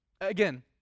Again